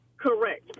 Correct